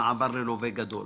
למעבר ללווה גדול?